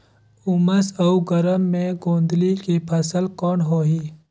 उमस अउ गरम मे गोंदली के फसल कौन होही?